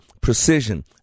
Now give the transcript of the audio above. precision